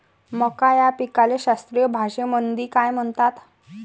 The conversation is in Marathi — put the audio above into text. मका या पिकाले शास्त्रीय भाषेमंदी काय म्हणतात?